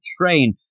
train